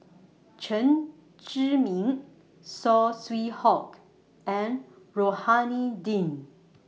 Chen Zhi Ming Saw Swee Hock and Rohani Din